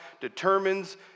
determines